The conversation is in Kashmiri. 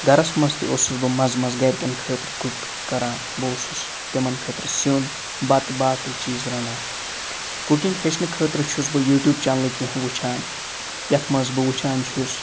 گَھرَس منٛز تہِ اوٗسُس بہٕ مَنٛزٕ منٛزٕ گَھرِکیٚن خٲطرٕ کُک کَران بہٕ اوٗسُس تِمَن خٲطرٕ سیُن بَتہٕ باقٕے چیٖز رَنان کُکِنٛگ ہیٚچھنہٕ خٲطرٕ چھُس بہٕ یوٗٹیوٗب چَنلہٕ کیٚنٛہہ وُچھان یَتھ منٛز بہٕ وُچھان چھُس